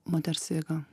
moters jėga